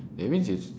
that means it's